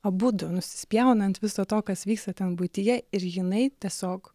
abudu nusispjauna ant viso to kas vyksta ten buityje ir jinai tiesiog